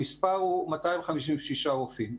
המספר הוא 256 רופאים.